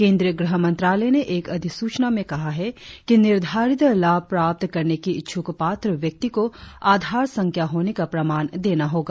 केंद्रीय गृह मंत्रालय ने एक अधिसूचना में कहा है कि निर्धारित लाभ प्राप्त करने के इच्छुक पात्र व्यक्ति को आधार संख्या होने का प्रमाण देना होगा